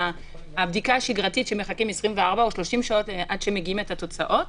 הבדיקה השגרתית שמחכים 24 או 30 שעות עד שמגיעות תוצאות,